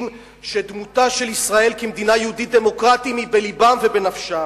שדמותה של ישראל כמדינה יהודית דמוקרטית היא בלבם ובנפשם.